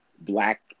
Black